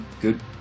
good